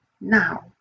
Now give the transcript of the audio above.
now